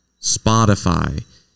Spotify